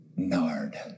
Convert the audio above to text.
Nard